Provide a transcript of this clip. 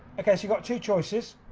okay, so you've got two choices.